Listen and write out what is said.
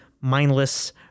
mindless